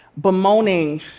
bemoaning